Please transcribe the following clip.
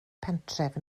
pentref